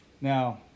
Now